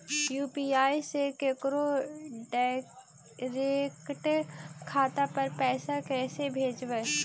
UPI से केकरो direct खाता पर पैसा कैसे भेजबै?